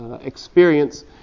experience